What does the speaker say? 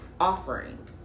offering